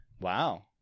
wow